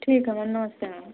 ठीक है मैम नमस्ते मैम